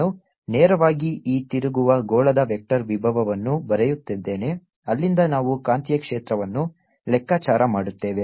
ನಾನು ನೇರವಾಗಿ ಈ ತಿರುಗುವ ಗೋಳದ ವೆಕ್ಟರ್ ವಿಭವವನ್ನು ಬರೆಯುತ್ತಿದ್ದೇನೆ ಅಲ್ಲಿಂದ ನಾವು ಕಾಂತೀಯ ಕ್ಷೇತ್ರವನ್ನು ಲೆಕ್ಕಾಚಾರ ಮಾಡುತ್ತೇವೆ